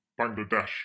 Bangladesh